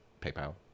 PayPal